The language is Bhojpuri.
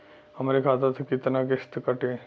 हमरे खाता से कितना किस्त कटी?